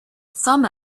some